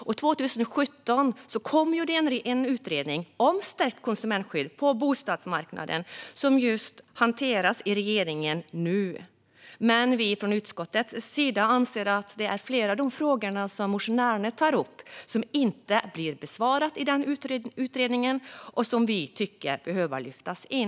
År 2017 kom en utredning om stärkt konsumentskydd på bostadsmarknaden, och den hanteras av regeringen nu. Utskottet anser dock att flera av de frågor som motionärerna tar upp inte blir besvarade i denna utredning och därför behöver lyftas in.